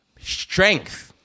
strength